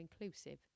inclusive